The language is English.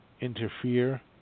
interfere